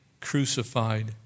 crucified